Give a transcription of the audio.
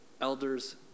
elders